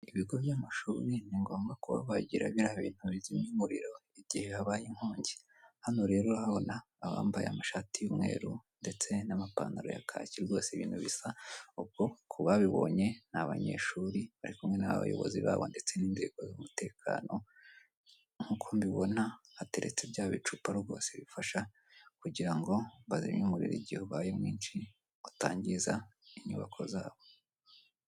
Ibigo by'amashuri ni ngomba kuba bagira biraya bintu bizimya umuriro igihe habaye inkongi, hano rero urahabona abambaye amashati y'umweru ndetse n'amapantaro ya kaki rwose ibintu bisa ubwo ku babibonye ni abanyeshuri bari kumwe n'abayobozi babo ndetse n'inzego z'umutekano, nk'uko mbibona hateretse bya bicupa rwose bifasha kugira ngo bazimye umuriro igihe ubaye mwinshi, utangiza inyubako zabo.